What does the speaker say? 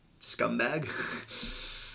scumbag